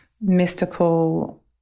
mystical